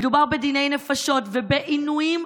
מדובר בדיני נפשות ובעינויים,